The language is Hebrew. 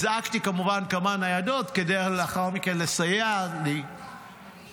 הזעקתי, כמובן, כמה ניידות כדי לסייע לי לאחר מכן.